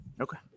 Okay